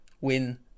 win